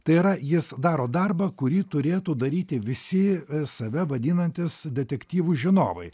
tai yra jis daro darbą kurį turėtų daryti visi save vadinantys detektyvų žinovai